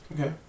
Okay